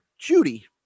Judy